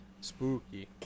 Spooky